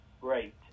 great